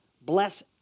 bless